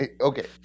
okay